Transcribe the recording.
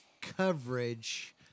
coverage